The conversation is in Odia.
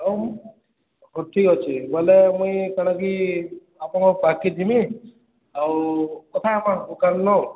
ଆଉ ହଉ ଠିକ୍ ଅଛେ ବୋଲେ ମୁଇଁ କାଣା କି ଆପଣଙ୍କ ପାଖ୍କେ ଜିମି ଆଉ କଥା ହେମା